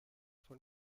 von